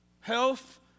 Health